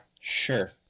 Sure